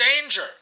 danger